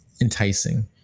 enticing